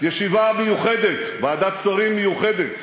ישיבה מיוחדת, ועדת שרים מיוחדת,